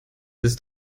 ist